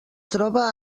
troba